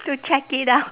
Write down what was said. to check it out